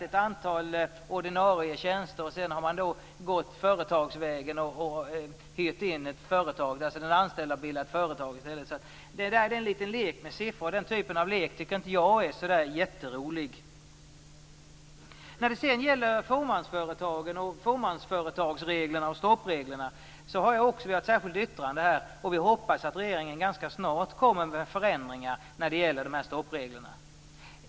Ett antal ordinarie tjänster har försvunnit, och sedan har man hyrt in ett företag. De anställda har i stället bildat företag. Det är en lek med siffror, och den typen av lek tycker inte jag är så jätterolig. När det sedan gäller fåmansföretagen, fåmansföretagsreglerna och stoppreglerna vill jag säga att vi har gjort ett särskilt yttrande. Vi hoppas att regeringen ganska snart kommer med förslag till förändringar när det gäller stoppreglerna.